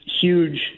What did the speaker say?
huge